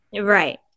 Right